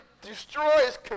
destroys